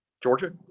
Georgia